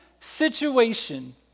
situation